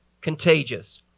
contagious